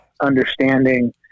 understanding